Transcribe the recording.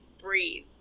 breathe